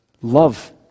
love